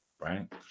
Right